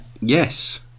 Yes